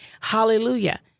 Hallelujah